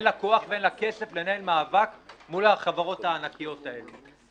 אין לה כוח ואין לה כסף לנהל מאבק מול החברות הענקיות האלה.